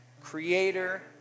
creator